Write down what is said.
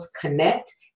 connect